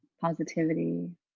positivity